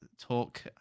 talk